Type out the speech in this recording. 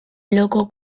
loco